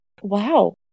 Wow